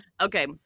okay